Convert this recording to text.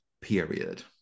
period